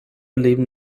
leben